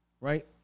Right